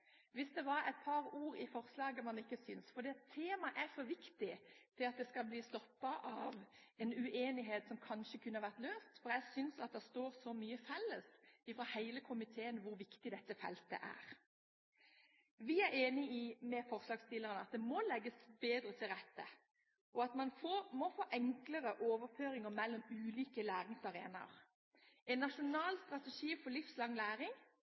man ikke syntes om. Temaet er for viktig til at dette skal bli stoppet av en uenighet som kanskje kunne vært løst, for jeg synes det står så mye felles fra hele komiteen om hvor viktig dette feltet er. Vi er enige med forslagsstillerne i at det må legges til rette for bedre og enklere overføringer mellom ulike læringsarenaer. En nasjonal strategi for livslang læring,